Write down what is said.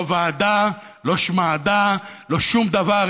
לא ועדה, לא שוועדה, לא שום דבר.